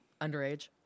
underage